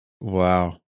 Wow